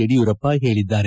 ಯಡಿಯೂರಪ್ಪ ಹೇಳಿದ್ದಾರೆ